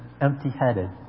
empty-headed